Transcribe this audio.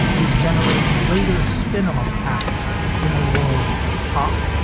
would generate later spin off acts in the world of pop.